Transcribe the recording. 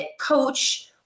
coach